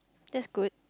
that's good